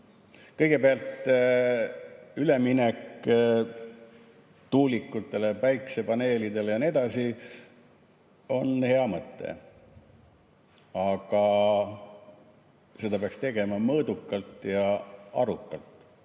Kõigepealt, üleminek tuulikutele, päikesepaneelidele ja nii edasi on hea mõte. Aga seda peaks tegema mõõdukalt ja arukalt